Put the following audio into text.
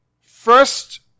first